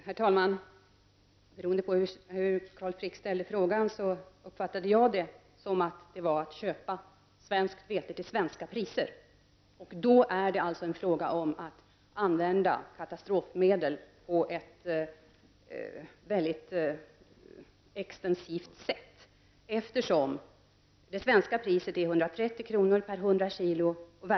Herr talman! Så som Carl Frick ställde frågan uppfattade jag det som att det gällde att köpa svenskt vete till svenska priser. Då är det alltså fråga om att använda katastrofmedel på ett väldigt extensivt sätt. Det svenska priset är 130 kr. per 100 kilo.